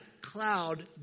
cloud